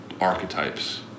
archetypes